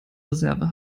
reserve